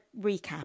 recap